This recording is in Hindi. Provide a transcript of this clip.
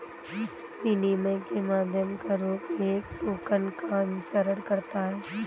विनिमय के माध्यम का रूप एक टोकन का अनुसरण करता है